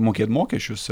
mokėt mokesčius